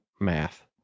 math